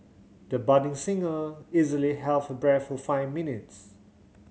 the budding singer easily held her breath for five minutes